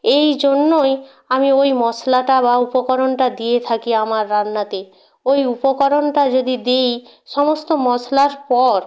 এই জন্যই আমি ওই মশলাটা বা উপকরণটা দিয়ে থাকি আমার রান্নাতে ওই উপকরণটা যদি দিই সমস্ত মশলার পর